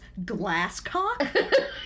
Glasscock